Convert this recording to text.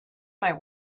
might